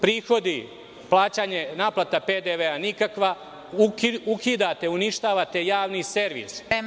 Prihodi, naplata PDV nikakva, ukidate, uništavate javni servis.